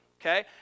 okay